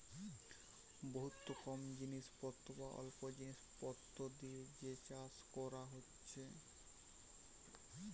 বহুত কম জিনিস পত্র বা অল্প জিনিস পত্র দিয়ে যে চাষ কোরা হচ্ছে